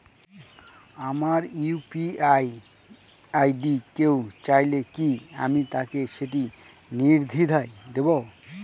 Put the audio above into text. আমার UPI ID কেউ চাইলে কি আমি তাকে সেটি নির্দ্বিধায় দেব?